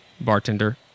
Bartender